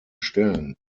stellen